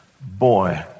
Boy